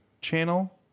channel